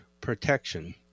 protection